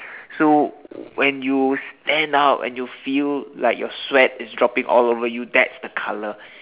so when you stand out and you feel like your sweat is dropping all over you that's the colour